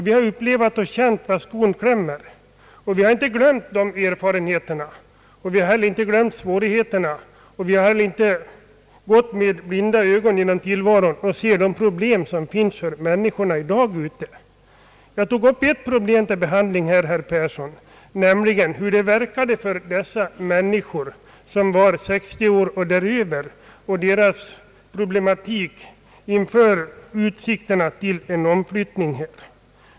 Vi har upplevt och känt var skon klämmer, och inte glömt de erfarenheterna. Vi har heller inte gått med blinda ögon genom tillvaron, utan vi har sett de problem som finns för människorna i dagens samhälle. Jag tog, herr Yngve Persson, upp problemet hur det känns för människor på 60 år och däröver att stå inför utsikten till en omflyttning med dess problematik.